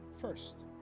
First